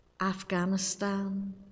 Afghanistan